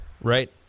right